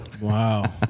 Wow